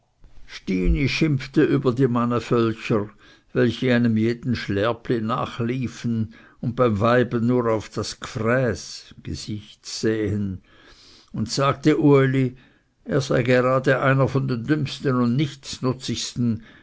stini schimpfte über die mannevölcher welche einem jeden schlärpli nachliefen und beim weiben nur auf das gfräß sähen und sagte uli er sei gerade einer von den dümmsten und nichtsnutzigsten